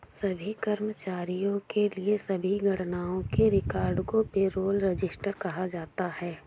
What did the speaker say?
सभी कर्मचारियों के लिए सभी गणनाओं के रिकॉर्ड को पेरोल रजिस्टर कहा जाता है